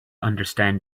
understand